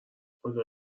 خدا